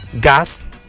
gas